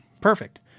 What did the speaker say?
perfect